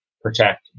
protect